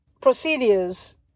procedures